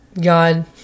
God